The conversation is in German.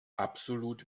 absolut